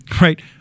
Right